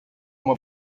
uma